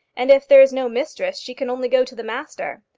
and if there is no mistress she can only go to the master.